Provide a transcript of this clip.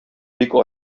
бик